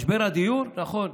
משבר הדיור, נכון,